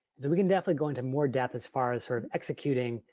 we can definitely go into more depth as far as her executing,